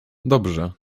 dobrze